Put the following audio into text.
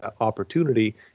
opportunity